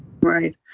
Right